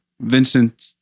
Vincent